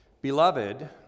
Beloved